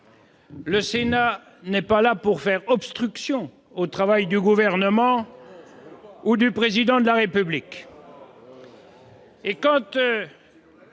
son rôle n'est pas de faire obstruction au travail du Gouvernement ou du Président de la République